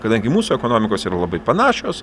kadangi mūsų ekonomikos yra labai panašios